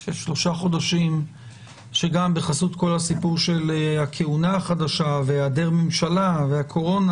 3 חודשים שגם בחסות כל הסיפור של הכהונה חדשה והעדר ממשלה והקורונה,